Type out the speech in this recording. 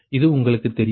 இது உங்களுக்கு தெரியும்